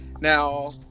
Now